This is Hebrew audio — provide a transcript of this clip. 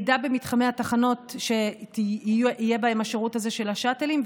יהיה מידע במתחמי התחנות שיהיה בהן השירות הזה של השאטלים,